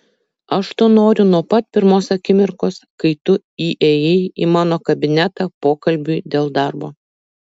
aš to noriu nuo pat pirmos akimirkos kai tu įėjai į mano kabinetą pokalbiui dėl darbo